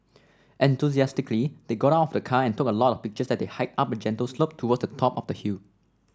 enthusiastically they got out of the car and took a lot of pictures as they hiked up a gentle slope towards the top of the hill